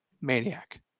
maniac